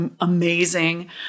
amazing